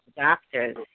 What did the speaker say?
doctors